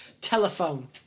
telephone